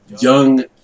young